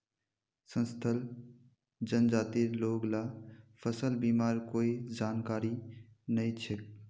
संथाल जनजातिर लोग ला फसल बीमार कोई जानकारी नइ छेक